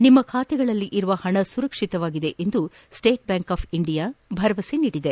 ನಿಮ್ಮ ಬಾತೆಗಳಲ್ಲಿರುವ ಹಣ ಸುರಕ್ಷಿತಾವಾಗಿದೆ ಎಂದು ಸ್ಪೇಟ್ ಬ್ಯಾಂಕ್ ಆಫ್ ಇಂಡಿಯಾ ಭರವಸೆ ನೀಡಿದೆ